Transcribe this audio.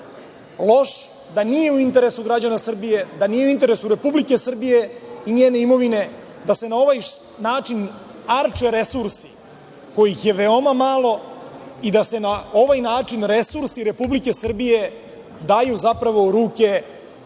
loš, da nije u interesu građana Srbije, da nije u interesu Republike Srbije i njene imovine, da se na ovaj način arče resursi koji ih je veoma malo i da se na ovaj način resursi Republike Srbije daju zapravo u ruke